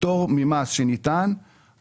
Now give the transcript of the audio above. הפטור ממס שניתן,